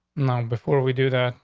no, before we do that,